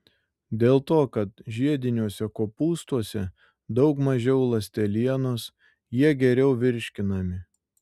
dėl to kad žiediniuose kopūstuose daug mažiau ląstelienos jie geriau virškinami